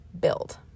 build